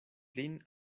lin